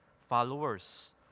followers